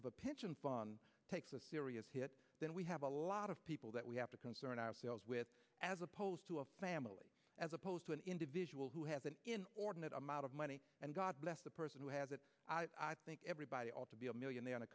if a pension fund takes a serious hit then we have a lot of people that we have to concern ourselves with as opposed to a family as opposed to an individual who has an ordinate amount of money and god bless the person who has it i think everybody ought to be a millionaire in a